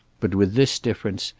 but with this difference,